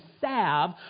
salve